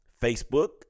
Facebook